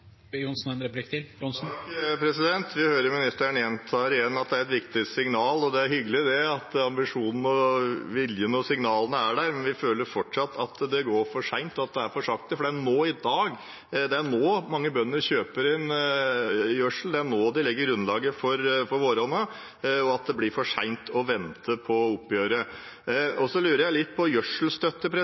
Vi hører statsråden gjentar igjen at det er et viktig signal. Det er hyggelig at ambisjonene, viljen og signalene er der, men vi føler fortsatt at det går for seint, at det er for sakte. Det er nå mange bønder kjøper inn gjødsel, det er nå de legger grunnlaget for våronna, og det blir for seint å vente på oppgjøret. Så lurer jeg litt på